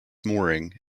mooring